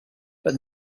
but